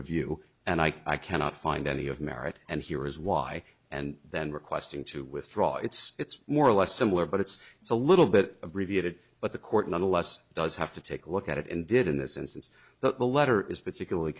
review and i cannot find any of merit and here is why and then requesting to withdraw it's it's more or less similar but it's it's a little bit of reviewed but the court nonetheless does have to take a look at it and did in this instance that the letter is particularly